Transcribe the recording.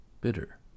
bitter